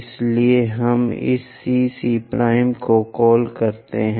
इसलिए हम इस CC' को कॉल करते हैं